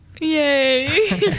yay